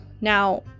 Now